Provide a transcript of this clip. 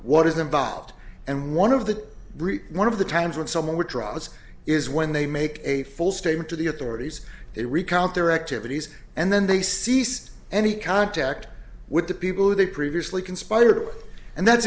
what is involved and one of the one of the times when someone with drugs is when they make a full statement to the authorities they recount their activities and then they cease any contact with the people who they previously conspired to and that's